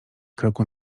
kroku